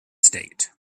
state